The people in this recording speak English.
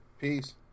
Peace